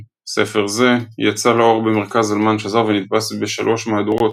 ספר זה יצא לאור במרכז זלמן שזר ונדפס בשלוש מהדורות,